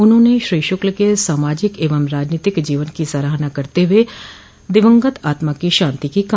उन्होंने श्री शुक्ल के सामाजिक एवं राजनीतिक जीवन की सराहना करते हुए दिवंगत आत्मा की शान्ति की कामना की है